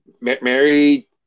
Mary